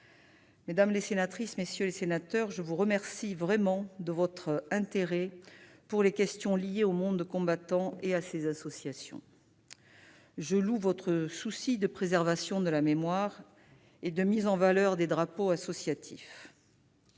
Mesdames les sénatrices, messieurs les sénateurs, je vous remercie du fond du coeur de votre intérêt pour les questions liées au monde combattant et à ses associations. Je loue votre souci de préservation de la mémoire et de mise en valeur des drapeaux associatifs.